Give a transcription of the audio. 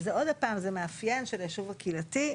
ועוד פעם, זה מאפיין של היישוב הקהילתי.